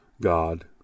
God